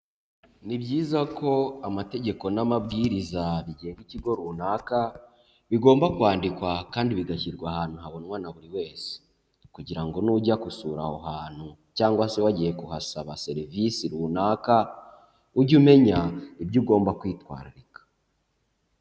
Ni byiza ko amategeko n'amabwiriza bigenga ikigo runaka bigomba kwandikwa kandi bigashyirwa ahantu habonwa na buri wese, kugira ngo nujya gusura aho hantu cyangwa se wagiye kuhasaba serivise runaka, ujye umenya ibyo ugomba kwitwararika.